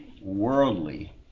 Worldly